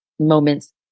moments